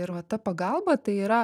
ir va ta pagalba tai yra